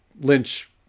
Lynch